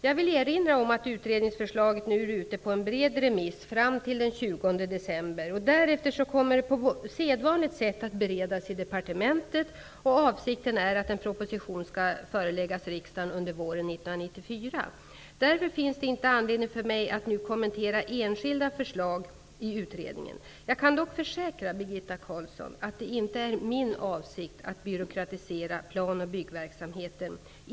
Jag vill erinra om att utredningsförslaget nu är ute på en bred remiss fram till den 20 december. Därefter kommer det på sedvanligt sätt att beredas i departementet, och avsikten är att en proposition skall föreläggas riksdagen under våren 1994. Därför finns det inte anledning för mig att nu kommentera enskilda förslag i utredningen. Jag kan dock försäkra Birgitta Carlsson att det inte är min avsikt att byråkratisera plan och byggverksamheten.